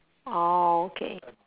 orh okay